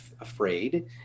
afraid